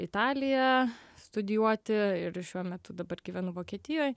italiją studijuoti ir šiuo metu dabar gyvenu vokietijoj